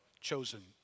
chosen